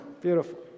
beautiful